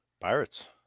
pirates